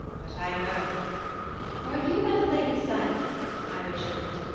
but i go are you that lady psyche i rejoined,